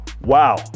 Wow